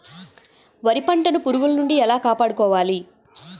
వరి పంటను పురుగుల నుండి ఎలా కాపాడుకోవాలి?